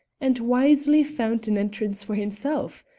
and wisely found an entrance for himself?